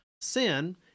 sin